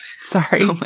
sorry